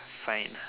fine